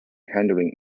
handling